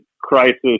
crisis